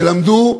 שלמדו,